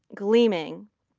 gleaming,